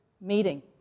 meeting